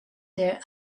their